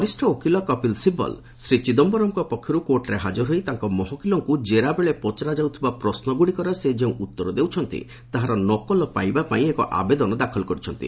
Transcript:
ବରିଷ୍ଠ ଓକିଲ କପିଲ ଶିବଲ ଶ୍ରୀ ଚିଦମ୍ଘରମ୍ଙ୍କ ପକ୍ଷରୁ କୋର୍ଟ୍ରେ ହାଜର ହୋଇ ତାଙ୍କ ମହକିଲଙ୍କୁ କେରା ବେଳେ ପଚରାଯାଉଥିବା ପ୍ରଶ୍ୱଗୁଡ଼ିକର ସେ ଯେଉଁ ଉତ୍ତର ଦେଉଛନ୍ତି ତାହାର ନକଲ ପାଇବା ପାଇଁ ଏକ ଆବେଦନ ଦାଖଲ କରିଛନ୍ତି